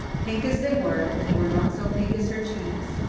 pink as they were, they were not so pink as her cheeks,